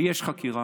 ויש חקירה,